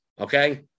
okay